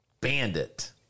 bandit